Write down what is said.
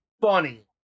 funny